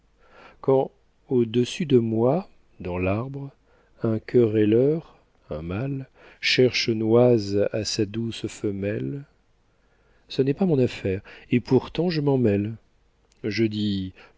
quand au-dessus de moi dans l'arbre un querelleur un mâle cherche noise à sa douce femelle ce n'est pas mon affaire et pourtant je m'en mêle je dis